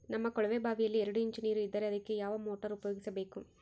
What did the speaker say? ನಮ್ಮ ಕೊಳವೆಬಾವಿಯಲ್ಲಿ ಎರಡು ಇಂಚು ನೇರು ಇದ್ದರೆ ಅದಕ್ಕೆ ಯಾವ ಮೋಟಾರ್ ಉಪಯೋಗಿಸಬೇಕು?